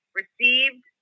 received